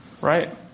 right